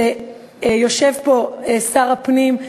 שיושב פה שר הפנים,